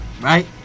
Right